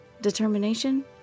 Determination